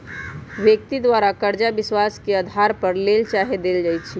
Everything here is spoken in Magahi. व्यक्ति द्वारा करजा विश्वास के अधार पर लेल चाहे देल जाइ छइ